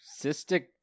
cystic